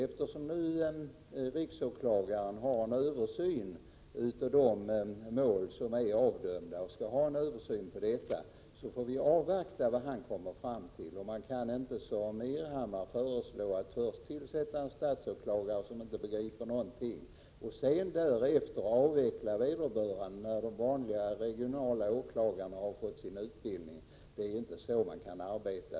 Eftersom riksåklagaren nu skall göra en översyn av de mål som är avdömda, anser vi att man får avvakta vad han kommer fram till. Man kan inte, som Ingbritt Irhammar föreslår, först tillsätta en statsåklagare som inte begriper någonting och sedan avveckla vederbörande när de vanliga regionala åklagarna har fått sin utbildning. Så kan man inte arbeta.